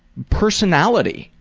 personality,